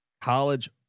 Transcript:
college